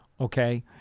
okay